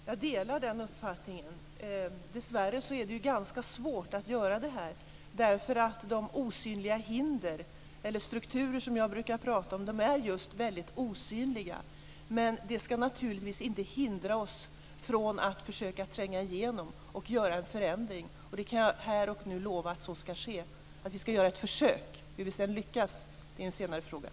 Fru talman! Jag delar den uppfattningen. Dessvärre är det ganska svårt att göra detta. De osynliga hinder eller strukturer som jag brukar prata om är just väldigt osynliga. Men det skall naturligtvis inte hindra oss från att försöka att tränga igenom och göra en förändring. Jag kan här och nu lova att så skall ske. Vi skall göra ett försök. Det är en senare fråga hur vi sedan lyckas.